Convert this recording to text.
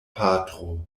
patro